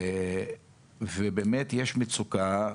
באמת, ישנה מצוקה,